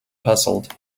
puzzled